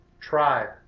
tribe